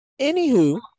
Anywho